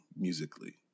musically